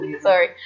sorry